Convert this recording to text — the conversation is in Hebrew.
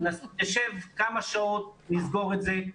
נשב כמה שעות נסגור את זה.